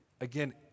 Again